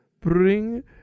bring